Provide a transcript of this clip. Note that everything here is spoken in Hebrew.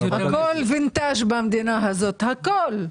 הכול וינטג' במדינה הזאת, הכול.